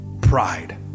pride